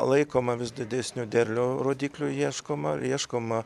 laikoma vis didesnio derlio rodiklių ieškoma ieškoma